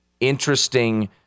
interesting